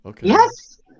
Yes